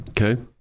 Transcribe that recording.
Okay